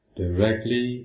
directly